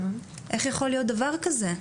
איך יכול להיות דבר כזה?